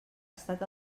estat